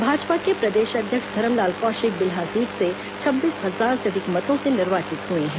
भाजपा के प्रदेश अध्यक्ष धरमलाल कौशिक बिल्हा सीट से छब्बीस हजार से अधिक मतों से निर्वाचित हए हैं